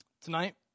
tonight